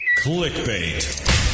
Clickbait